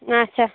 آچھا